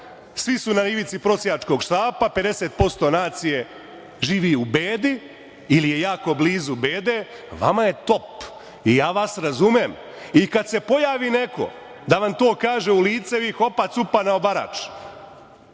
Svi su na ivici prosjačkog štapa, 50% nacije živi u bedi ili jako blizu bede. Vama je top. Ja vas razumem i kada se pojavi neko da vam to kaže u lice, vi hopa-cupa na obarač.